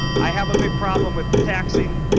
i have a big problem with taxing